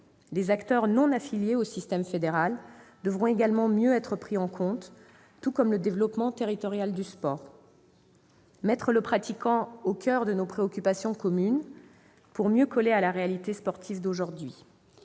Les acteurs non affiliés au système fédéral devront également mieux être pris en compte, tout comme le développement territorial du sport. Nous entendons d'abord mettre le pratiquant au coeur de nos préoccupations communes pour mieux coller à la réalité sportive d'aujourd'hui.